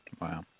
Wow